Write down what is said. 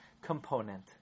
component